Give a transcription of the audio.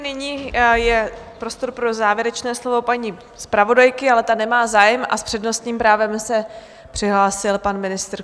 Nyní je prostor pro závěrečné slovo paní zpravodajky, ale ta nemá zájem, a s přednostním právem se přihlásil pan ministr Kupka.